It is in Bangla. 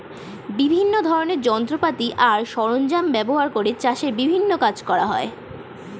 বিভিন্ন ধরনের যন্ত্রপাতি আর সরঞ্জাম ব্যবহার করে চাষের বিভিন্ন কাজ করা হয়